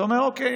אתה אומר: אוקיי,